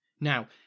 Now